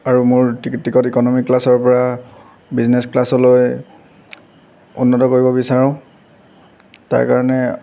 আৰু মোৰ ticket economy ক্লাছৰ পৰা বিজনেচ ক্লাছলৈ উন্নত কৰিব বিচাৰোঁ তাৰ কাৰণে